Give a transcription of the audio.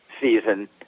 season